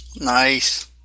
Nice